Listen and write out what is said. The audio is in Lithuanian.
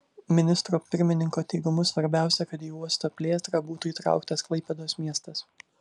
ministro pirmininko teigimu svarbiausia kad į uosto plėtrą būtų įtrauktas klaipėdos miestas